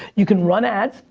you can run ads.